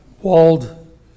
walled